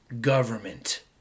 government